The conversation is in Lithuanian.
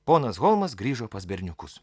ponas holmas grįžo pas berniukus